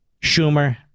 Schumer